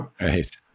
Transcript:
right